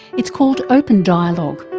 it's called open dialogue.